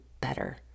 better